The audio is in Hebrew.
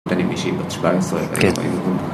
אני מישהי בת שבע העשרה ואין לי מקום